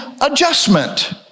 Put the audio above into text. adjustment